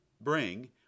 bring